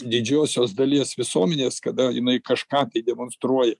didžiosios dalies visuomenės kada jinai kažką tai demonstruoja